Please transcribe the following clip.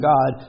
God